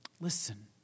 Listen